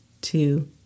two